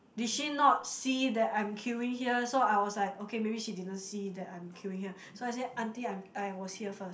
did she not see that I'm queueing here so I was like okay maybe she didn't see that I'm queueing here so I say aunty I'm I was here first